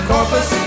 Corpus